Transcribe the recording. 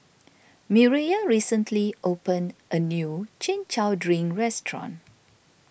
Mireya recently opened a new Chin Chow Drink restaurant